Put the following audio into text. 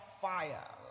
fire